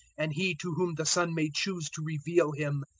and he to whom the son may choose to reveal him.